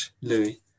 Louis